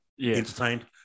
entertained